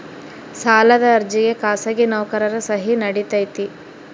ಸಾಲದ ಅರ್ಜಿಗೆ ಖಾಸಗಿ ನೌಕರರ ಸಹಿ ನಡಿತೈತಿ?